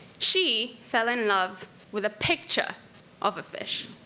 she fell in love with a picture of a fish.